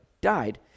died